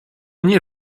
nie